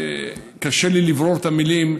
קשה לי לברור את המילים,